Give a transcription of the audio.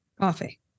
Coffee